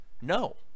No